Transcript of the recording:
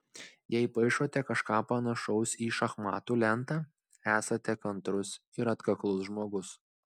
jei paišote kažką panašaus į šachmatų lentą esate kantrus ir atkaklus žmogus